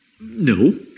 No